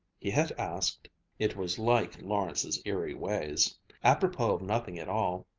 he had asked it was like lawrence's eerie ways apropos of nothing at all,